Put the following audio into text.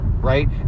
right